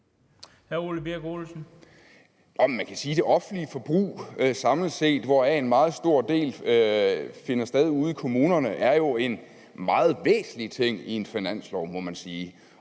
det offentlige forbrug samlet set, hvoraf en meget stor del finder sted ude i kommunerne, jo er en meget væsentlig ting i en finanslov. Og